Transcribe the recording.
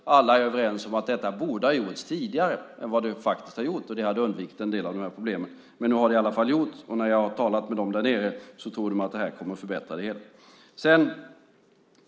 Alla är överens om att detta borde ha gjorts tidigare än vad det har faktiskt har gjorts. Det hade undvikit en del av problemen. Men nu har det i alla fall gjorts, och när jag har talat med dem där nere har de uttryckt en tro på att detta kommer att förbättra det hela.